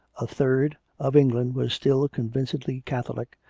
a third of england were still convincedly catholic,